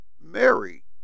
Mary